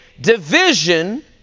Division